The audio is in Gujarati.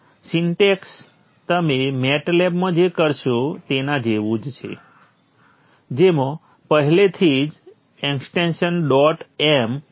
આ સિન્ટેક્સ તમે મેટ લેબમાં જે કરશો તેના જેવું જ છે જેમાં પહેલેથી જ એક્સ્ટેંશન ડોટ એમ